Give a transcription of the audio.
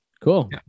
cool